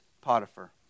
Potiphar